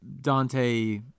Dante